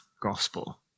gospel